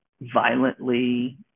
violently